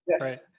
Right